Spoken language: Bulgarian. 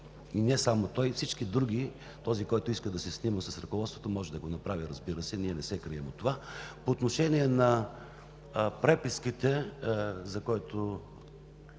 и не само той – всички други. Този, който иска да се снима с ръководството, може да го направи, разбира се, ние не се крием от това. По отношение на преписките, за които